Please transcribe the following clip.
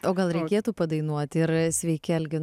o gal reikėtų padainuoti ir sveiki algi